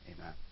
Amen